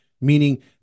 meaning